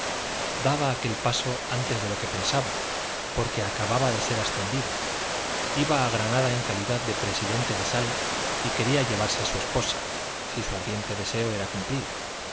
daba aquel paso antes de lo que pensaba porque acababa de ser ascendido iba a granada en calidad de presidente de sala y quería llevarse a su esposa si su ardiente deseo era cumplido